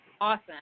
Awesome